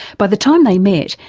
by the time they met,